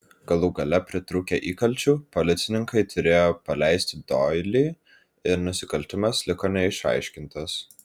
galų gale pritrūkę įkalčių policininkai turėjo paleisti doilį ir nusikaltimas liko neišaiškintas